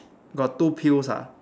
got two pills ah